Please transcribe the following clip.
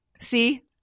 See